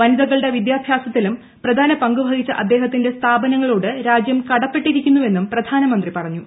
വനിതകളുടെ വിദ്യാഭ്യാസത്തിലും പ്രധാന പങ്കുവഹിച്ച അദ്ദേഹത്തിന്റെ സ്ഥാപനങ്ങളോട് രാജ്യം കടപ്പെട്ടിരിക്കുന്നുവെന്നും പ്രധാന്മന്ത്രി പറഞ്ഞു